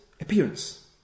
appearance